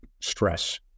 stress